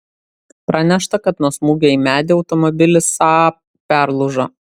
pranešta kad nuo smūgio į medį automobilis saab perlūžo